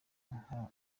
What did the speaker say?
nko